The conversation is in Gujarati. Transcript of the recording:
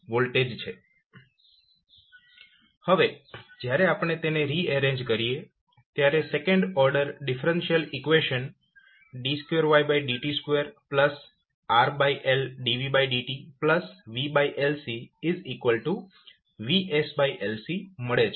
હવે જ્યારે આપણે તેને રિએરેન્જ કરીએ ત્યારે second order differential equation d2vdt2RLdvdtvLCVsLC મળે છે